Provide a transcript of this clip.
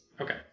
Okay